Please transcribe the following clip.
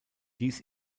dies